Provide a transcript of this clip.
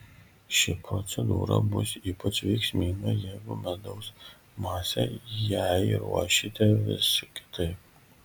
ši procedūra bus ypač veiksminga jeigu medaus masę jai ruošite vis kitaip